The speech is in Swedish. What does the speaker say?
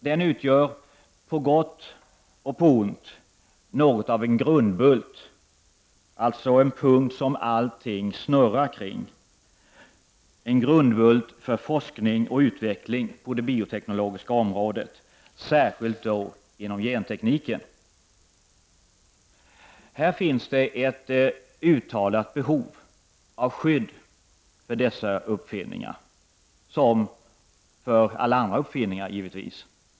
Den utgör på gott och på ont något av en grundbult, alltså en punkt som allting snurrar kring, för forskning och utveckling på det bioteknologiska området, särskilt då inom gentekniken. Det finns ett uttalat behov av skydd för dessa uppfinningar, som för alla andra uppfinningar givetvis.